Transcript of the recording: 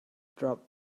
drop